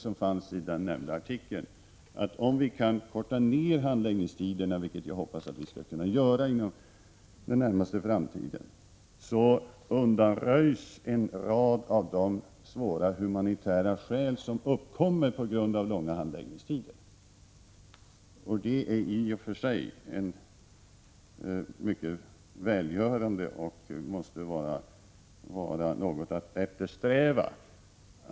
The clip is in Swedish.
Om vi däremot kan korta ner handläggningstiderna — vilket jag hoppas att vi skall kunna göra inom den närmaste framtiden — undanröjs en rad av de svåra humanitära förhållanden som uppkommer på grund av långa handläggningstider. Det kan möjligen ha legat till grund för rubriksättningen av den nämnda artikeln.